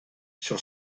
sur